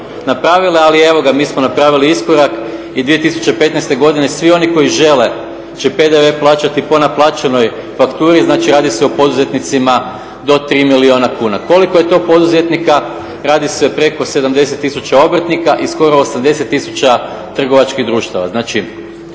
napravile ali evo ga, mi smo napravili iskorak i 2015. svi oni koji žele će PDV plaćati po naplaćenoj fakturi, znači radi se o poduzetnicima do 3 milijuna kuna. Koliko je to poduzetnika radi se preko 70 tisuća obrtnika i skoro 80 tisuća trgovačkih društava.